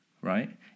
right